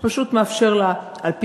שמאפשר לה לעשות כן,